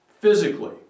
physically